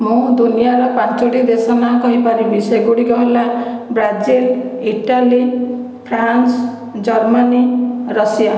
ମୁଁ ଦୁନିଆର ପାଞ୍ଚଟି ଦେଶ ନାଁ କହିପାରିବି ସେଗୁଡ଼ିକ ହେଲା Brazil Italy France Germany Russia